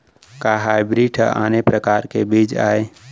का हाइब्रिड हा आने परकार के बीज आवय?